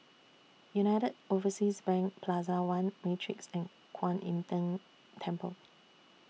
United Overseas Bank Plaza one Matrix and Kuan Im Tng Temple